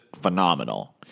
phenomenal